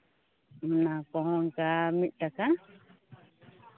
ᱢᱮᱱᱟᱜᱼᱟ ᱚᱱᱠᱟ ᱢᱤᱫ ᱴᱟᱠᱟ